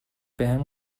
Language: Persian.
بهم